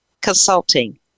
Consulting